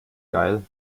geil